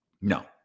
No